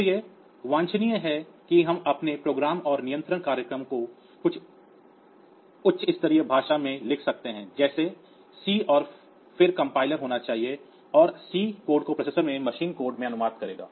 तो यह वांछनीय है कि हम अपने प्रोग्राम और नियंत्रण प्रोग्राम को कुछ उच्च स्तरीय भाषा में लिख सकते हैं जैसे C और फिर कंपाइलर होना चाहिए जो इस C कोड को प्रोसेसर के मशीन कोड में अनुवाद करेगा